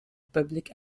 public